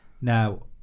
Now